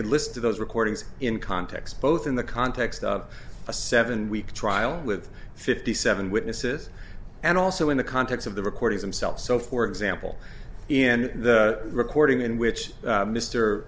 could listen to those recordings in context both in the context of a seven week trial with fifty seven witnesses and also in the context of the recordings themselves so for example in the recording in which